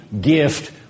gift